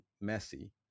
messy